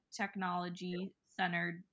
technology-centered